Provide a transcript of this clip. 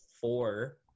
four